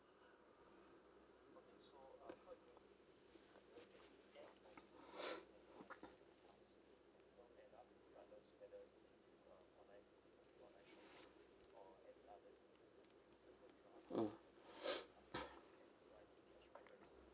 mm